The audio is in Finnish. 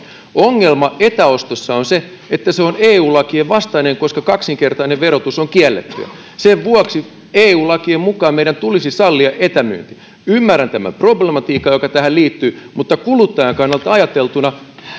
ongelma etäostossa on se että se on eu lakien vastainen koska kaksinkertainen verotus on kiellettyä sen vuoksi eu lakien mukaan meidän tulisi sallia etämyynti ymmärrän tämän problematiikan joka tähän liittyy mutta kuluttajan kannalta ajateltuna